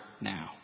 now